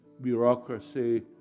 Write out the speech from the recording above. bureaucracy